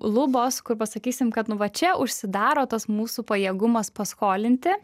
lubos kur pasakysim kad nu va čia užsidaro tas mūsų pajėgumas paskolinti